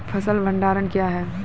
फसल भंडारण क्या हैं?